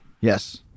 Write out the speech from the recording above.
Yes